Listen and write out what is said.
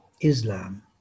Islam